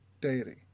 deity